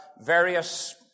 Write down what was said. various